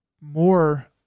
more